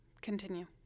Continue